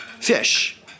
fish